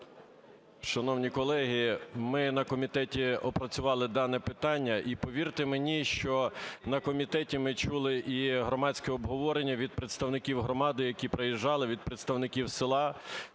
Шановні колеги, ми на комітеті опрацювали дане питання. І повірте мені, що на комітеті ми чули і громадське обговорення від представників громади, які приїжджали, від представників села.